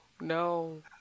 No